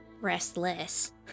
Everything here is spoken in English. Restless